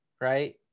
right